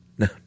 No